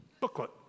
booklet